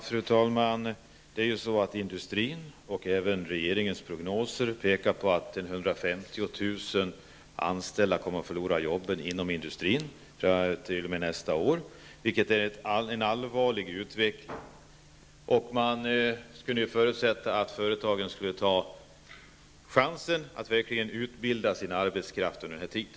Fru talman! Både industrins och regeringens prognoser pekar på att ungefär 150 000 anställda inom industrin kommer att förlora jobben fram t.o.m. nästa år, vilket är en allvarlig utveckling. Man förutsätter ju då att företagen tar chansen att utbilda sin arbetskraft under denna tid.